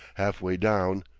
half-way down,